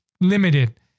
limited